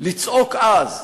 לצעוק אז: